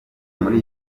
muri